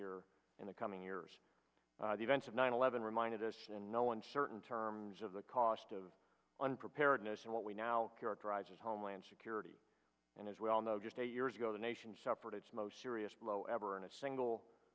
here in the coming years events of nine eleven reminded us and no one certain terms of the cost of unpreparedness and what we now characterize as homeland security and as we all know just eight years ago the nation suffered its most serious blow ever in a single